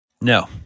No